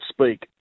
speak